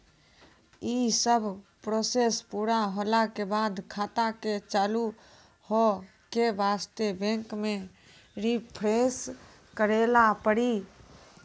यी सब प्रोसेस पुरा होला के बाद खाता के चालू हो के वास्ते बैंक मे रिफ्रेश करैला पड़ी?